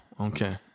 Okay